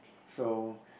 so